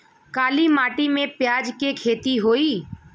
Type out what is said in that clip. काली माटी में प्याज के खेती होई?